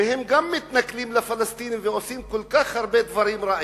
והם גם מתנכלים לפלסטינים ועושים כל כך הרבה דברים רעים,